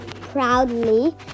Proudly